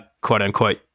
quote-unquote